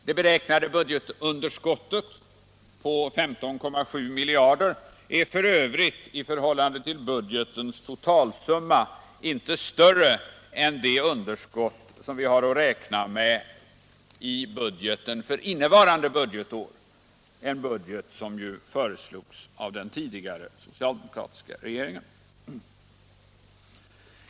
Det beräknade budgetunderskottet på 15,7 miljarder är f. ö. i förhållande till budgetens totalsumma inte större än det underskott som vi har att räkna med i budgeten för innevarande budgetår, en budget som föreslogs av den tidigare, socialdemokratiska regeringen.